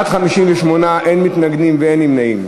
58 בעד, אין מתנגדים ואין נמנעים.